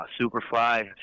Superfly